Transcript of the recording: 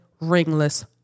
ringless